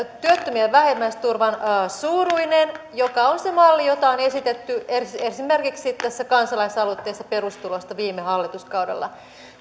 työttömien vähimmäisturvan suuruinen joka on se malli jota on esitetty esimerkiksi tässä kansalaisaloitteessa perustulosta viime hallituskaudella